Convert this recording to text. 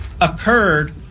occurred